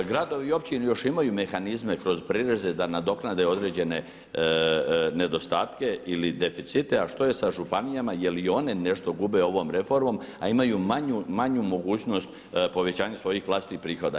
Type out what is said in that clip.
Gradovi i općine još imaju mehanizme kroz prireze da nadoknade određene nedostatke ili deficite ali što je sa županijama jel i one nešto gube ovom reformom a imaju manju mogućnost povećanja svojih vlastitih prihoda.